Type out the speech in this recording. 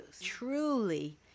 truly